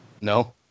No